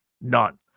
none